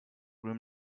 room